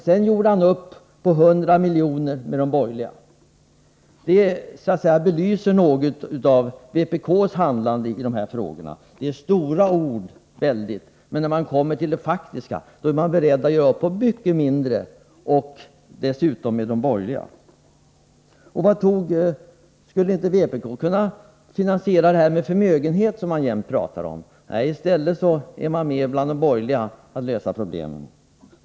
Sedan gjorde han upp med de borgerliga om 100 miljoner. Detta belyser något av vpk:s handlande i dessa frågor. Det är väldigt stora ord, men när man kommer till faktiskt handlande är vpk berett att göra upp om mycket mindre satsningar — dessutom med de borgerliga. Skulle inte vpk kunna finansiera detta med en skärpt förmögenhetsbeskattning, som partiets företrädare jämt pratar om? Nej, i stället går vpk ihop med de borgerliga för att lösa problemen.